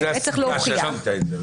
צריך להוכיח את זה.